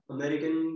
American